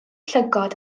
llygod